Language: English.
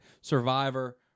Survivor